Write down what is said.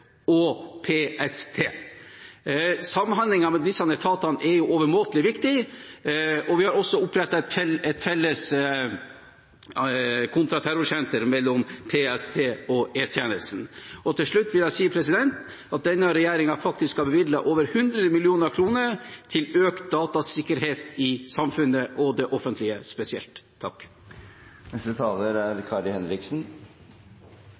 og PST. Samhandlingen mellom disse etatene er overmåte viktig, og vi har også opprettet et felles kontraterrorsenter mellom PST og E-tjenesten. Helt til slutt vil jeg si at denne regjeringen faktisk har bevilget over 100 mill. kr til økt datasikkerhet i samfunnet og i det offentlige spesielt.